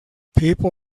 people